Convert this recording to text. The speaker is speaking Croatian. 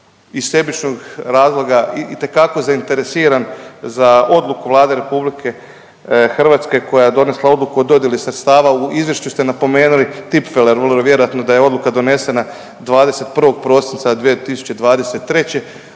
iz sebičnih razloga itekako zainteresiran za odluku Vlade RH koja je donesla odluku o dodjelu sredstava. U izvješću ste napomenuli tipfeler, vjerojatno da je odluka donesena 21. prosinca 2023.,